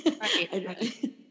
Right